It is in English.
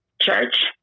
church